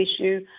issue